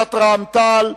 וקבוצת רע"ם-תע"ל.